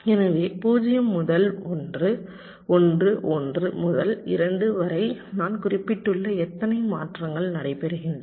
எனவே 0 முதல் 1 1 1 முதல் 2 வரை நான் குறிப்பிட்டுள்ள எத்தனை மாற்றங்கள் நடைபெறுகின்றன